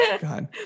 god